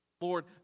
Lord